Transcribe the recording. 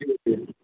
جی جی